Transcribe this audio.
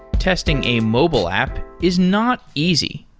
testing a mobile app is not easy.